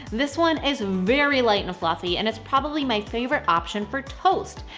this one is very light and fluffy and it's probably my favorite option for toast.